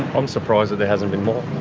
i'm surprised there hasn't been more.